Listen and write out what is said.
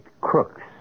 crooks